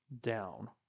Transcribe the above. down